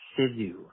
Sisu